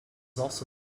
also